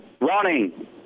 running